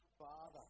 Father